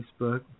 Facebook